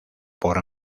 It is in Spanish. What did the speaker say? por